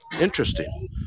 Interesting